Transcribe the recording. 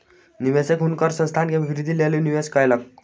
निवेशक हुनकर संस्थान के वृद्धिक लेल निवेश कयलक